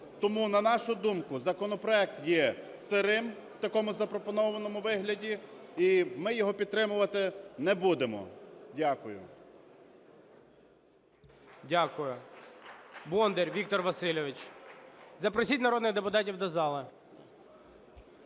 Тому, на нашу думку, законопроект є сирим в такому запропонованому вигляді і ми його підтримувати не будемо. Дякую. ГОЛОВУЮЧИЙ. Дякую. Бондар Віктор Васильович. Запросіть народних депутатів до зали.